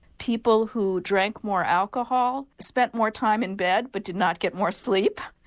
people who drank more alcohol spent more time in bed but did not get more sleep.